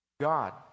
God